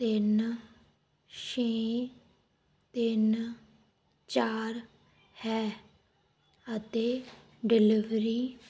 ਤਿੰਨ ਛੇ ਤਿੰਨ ਚਾਰ ਹੈ ਅਤੇ ਡਿਲਵਰੀ